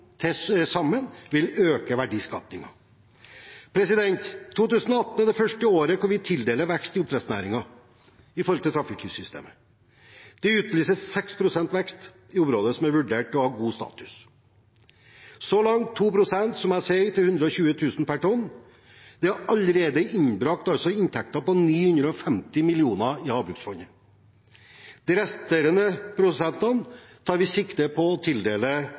sammen vil øke verdiskapingen. 2018 er det første året vi tildeler vekst i oppdrettsnæringen med trafikklyssystemet. Det utlyses 6 pst. vekst i områder som er vurdert til å ha god status, så langt 2 pst. – som jeg sier – til 120 000 kr per tonn. Det har allerede innbrakt inntekter på 950 mill. kr til Havbruksfondet. De resterende prosentene tar vi sikte på å tildele